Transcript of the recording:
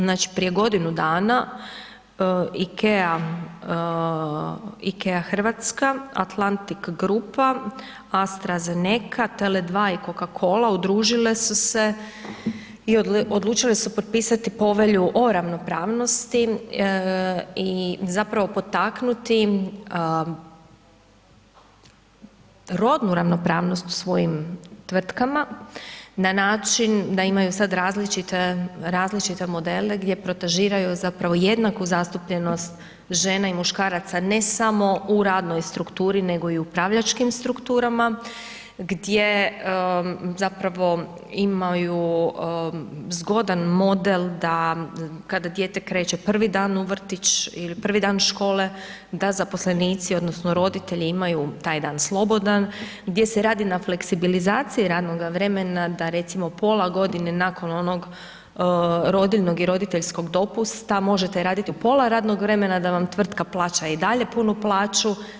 Znači, prije godinu dana IKEA, IKEA Hrvatska Atlantik grupa, Astra Zaneka, Tele2 i Coca-Cola udružile su se i odlučile su potpisati Povelju o ravnopravnosti i zapravo potaknuti rodnu ravnopravnost u svojim tvrtkama na način da imaju sada različite modele gdje protežiraju zapravo jednaku zastupljenost žena i muškaraca ne samo u radnoj strukturi, nego i u upravljačkim strukturama gdje zapravo imaju zgodan model da kada dijete kreće prvi dan u vrtić ili prvi dan škole da zaposlenici odnosno roditelji imaju taj dan slobodan, gdje se radi na fleksibilizaciji radnoga vremena da recimo pola godine nakon onog rodiljnog i roditeljskog dopusta možete raditi u pola radnog vremena da vam tvrtka plaća i dalje punu plaću.